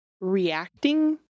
reacting